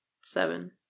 Seven